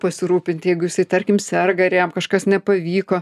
pasirūpinti jeigu jisai tarkim serga ir jam kažkas nepavyko